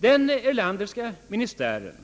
Den Erlanderska ministären